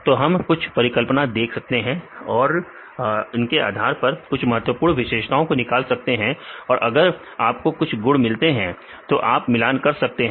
तो हम कुछ परिकल्पना दे सकते हैं और इनके आधार पर हम कुछ महत्वपूर्ण विशेषताओं को निकाल सकते हैं और अगर आपको कुछ गुण मिलते हैं तो आप मिलान कर सकते हैं